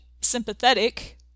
sympathetic